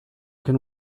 can